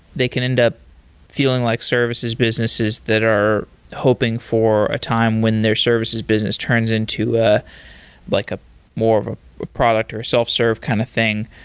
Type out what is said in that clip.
they can end up feeling like services businesses that are hoping for a time when their services business turns into a like a more of a product, or a self-serve kind of thing.